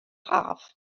haf